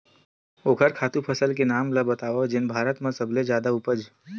ओखर खातु फसल के नाम ला बतावव जेन भारत मा सबले जादा उपज?